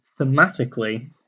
thematically